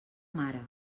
mare